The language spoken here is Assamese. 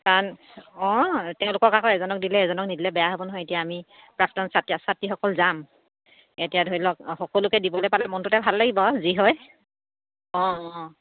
কাৰণ অঁ তেওঁলোকক আকৌ এজনক দিলে এজনক নিদিলে বেয়া হ'ব নহয় এতিয়া আমি প্ৰাক্তন ছাত্ৰ ছাত্ৰীসকল যাম এতিয়া ধৰি লওক সকলোকে দিবলৈ পালে মনটোতে ভাল লাগিব আৰু যি হয় অঁ অঁ